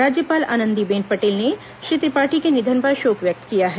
राज्यपाल आनंदीबेन पटेल ने श्री त्रिपाठी के निधन पर शोक व्यक्त किया है